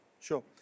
Sure